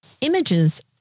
images